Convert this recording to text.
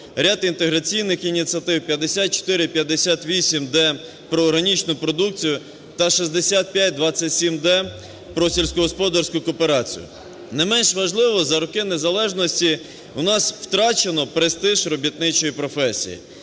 ряд інтеграційних ініціатив – 5458-д про органічну продукцію та 6527-д про сільськогосподарську кооперацію. Не менш важливо, за роки незалежності у нас втрачено престиж робітничої професії.